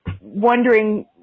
wondering